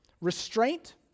restraint